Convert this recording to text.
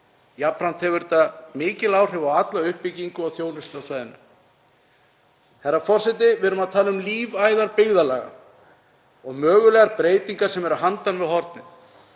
Jafnframt hefur þetta mikil áhrif á alla uppbyggingu og þjónustu á svæðinu. Herra forseti. Við erum að tala um lífæðar byggðarlaga og mögulegar breytingar sem eru handan við hornið.